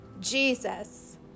Jesus